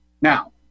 Now